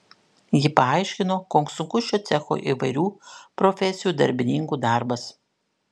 ji paaiškino koks sunkus šio cecho įvairių profesijų darbininkų darbas